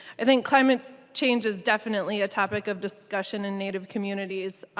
i think i'm a change is definitely a topic of discussion in native communities.